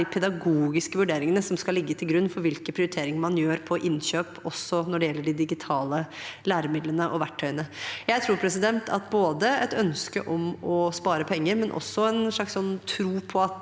er de pedagogiske vurderingene som skal ligge til grunn for hvilke prioriteringer man gjør på innkjøp, også når det gjelder de digitale læremidlene og verktøyene. Jeg tror at både et ønske om å spare penger og også en slags tro på at